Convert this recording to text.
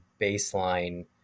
baseline